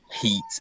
Heat